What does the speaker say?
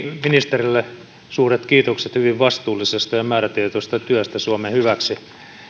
ministereille suuret kiitokset hyvin vastuullisesta ja määrätietoisesta työstä suomen hyväksi